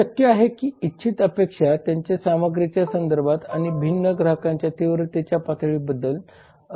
हे शक्य आहे की इच्छित अपेक्षा त्यांच्या सामग्रीच्या संदर्भात आणि भिन्न ग्राहकांच्या तीव्रतेच्या पातळीवरबदलत असतात